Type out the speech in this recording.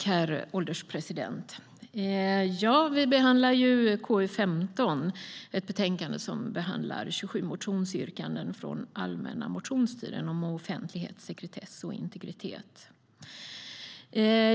Herr ålderspresident! Vi behandlar betänkande KU15. Där behandlas 27 motionsyrkanden från den allmänna motionstiden om offentlighet, sekretess och integritet.